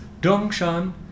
Dongshan